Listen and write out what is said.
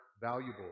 valuable